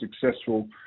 successful